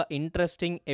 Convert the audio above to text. interesting